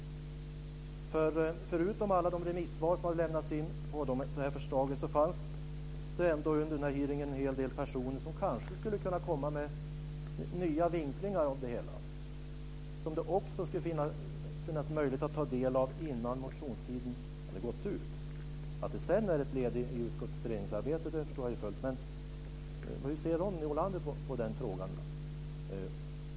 Förutom alla de remissvar som har lämnats in på det här förslaget fanns det en hel del personer med på den här hearingen som kanske skulle ha kunnat komma med nya vinklingar av det hela. Det borde kanske ha funnits möjlighet att ta del av dessa innan motionstiden gått ut. Att det sedan är ett led i utskottets beredningsarbete förstår jag. Men hur ser Ronny Olander på den frågan?